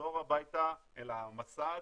לחזור הביתה אל המסד,